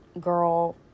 girl